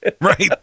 Right